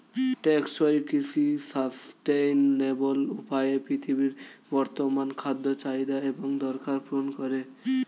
টেকসই কৃষি সাস্টেইনেবল উপায়ে পৃথিবীর বর্তমান খাদ্য চাহিদা এবং দরকার পূরণ করে